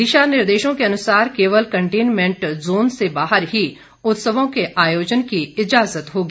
दिशा निर्देशों के अनुसार केवल कंटेनमेंट जोन से बाहर ही उत्सवों के आयोजन की इजाजत होगी